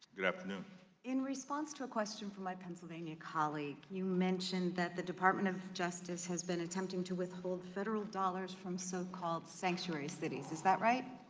you know in response to a question for my pennsylvanian colleague you mentioned that the department of justice has been attempting to withhold federal dollars from so-called sanctuary cities. is that right?